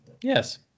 Yes